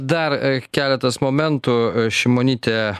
dar keletas momentų šimonytė